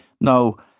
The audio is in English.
no